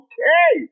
Okay